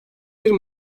bir